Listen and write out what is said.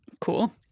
Cool